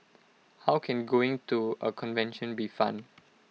how can going to A convention be fun